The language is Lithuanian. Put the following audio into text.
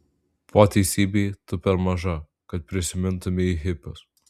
po teisybei tu per maža kad prisimintumei hipius